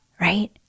right